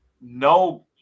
no